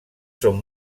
són